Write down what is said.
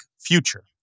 future